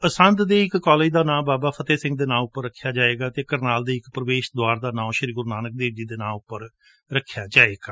ਅਸੰਧ ਦੇ ਇੱਕ ਕਾਲਜ ਦਾ ਨਾਉ ਬਾਬਾ ਫਤਿਹ ਸਿਮਘ ਨੇ ਨਾਂ ਉੱਪਰ ਰੱਖਿਆ ਜਾਵੇਗਾ ਅਤੇ ਕਰਨਾਲ ਦੇ ਇੱਕ ਪ੍ਰਵੇਸ਼ ਦਵਾਰ ਦਾ ਨਾਂ ਸ਼੍ਰੀ ਗੁਰੂ ਨਾਨਕ ਦੇਵ ਜੀ ਦੇ ਨਾਂ ਉਂਪਰ ਰੱਖਿਆ ਜਾਵੇਗਾ